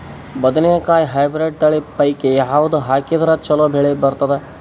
ಬದನೆಕಾಯಿ ಹೈಬ್ರಿಡ್ ತಳಿ ಪೈಕಿ ಯಾವದು ಹಾಕಿದರ ಚಲೋ ಬೆಳಿ ಬರತದ?